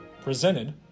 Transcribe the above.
presented